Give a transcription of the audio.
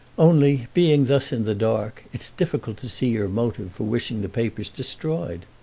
only, being thus in the dark, it's difficult to see your motive for wishing the papers destroyed.